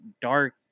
dark